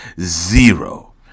Zero